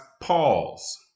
pause